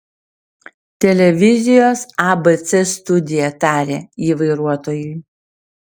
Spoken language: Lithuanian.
televizijos abc studija tarė ji vairuotojui